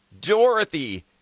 Dorothy